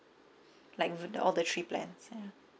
like the the all the three plans ya